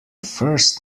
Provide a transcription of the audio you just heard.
first